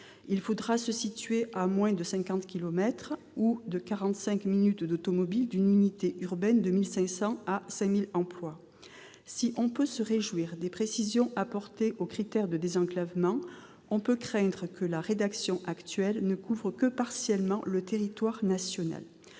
il faudra se situer à moins de cinquante kilomètres ou de quarante-cinq minutes d'automobile d'une unité urbaine de 1 500 à 5 000 emplois. Si l'on peut se réjouir des précisions apportées aux critères de désenclavement, on peut craindre que la rédaction actuelle ne couvre que partiellement le territoire national.